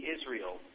Israel